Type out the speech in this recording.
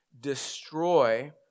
destroy